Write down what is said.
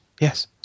yes